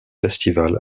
festival